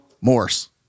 morse